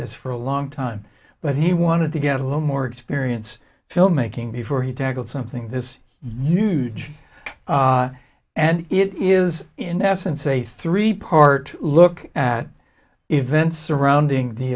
this for a long time but he wanted to get a little more experience filmmaking before he tackled something this huge and it is in essence a three part look at events surrounding the